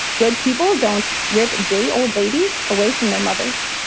good people don't rip day old babies away from their mothers.